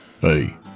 Hey